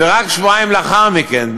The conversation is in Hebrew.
ורק שבועיים לאחר מכן,